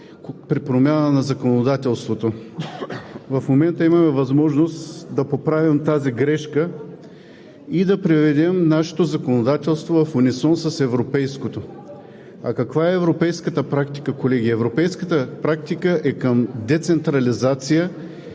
при промяна на законодателството. В момента имаме възможност да поправим тази грешка и да приведем нашето законодателство в унисон с европейското. Каква е европейската практика, колеги? Европейската практика е към децентрализация